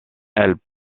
elles